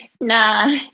Nah